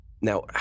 Now